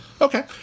Okay